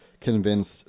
convinced